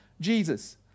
Jesus